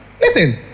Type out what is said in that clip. Listen